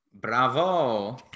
bravo